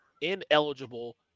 ineligible